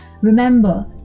Remember